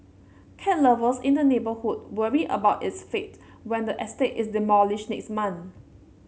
cat lovers in the neighbourhood worry about its fate when the estate is demolished next month